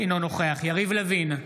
אינו נוכח יריב לוין,